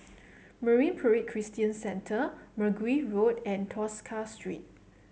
Marine Parade Christian Centre Mergui Road and Tosca Street